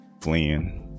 fleeing